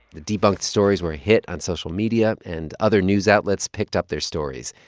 the debunked stories were a hit on social media, and other news outlets picked up their stories.